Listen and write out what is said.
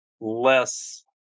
less